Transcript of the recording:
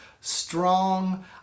strong